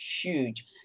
huge